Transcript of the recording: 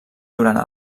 durant